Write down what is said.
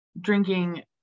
drinking